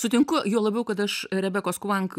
sutinku juo labiau kad aš rebekos kuank